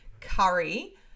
curry